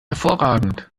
hervorragend